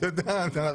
את יודעת.